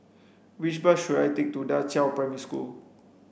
which bus should I take to Da Qiao Primary School